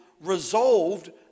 resolved